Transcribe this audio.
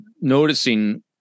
noticing